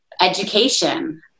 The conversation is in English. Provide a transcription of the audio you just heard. education